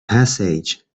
passage